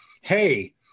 hey